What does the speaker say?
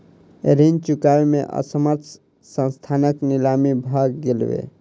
ऋण चुकबै में असमर्थ संस्थानक नीलामी भ गेलै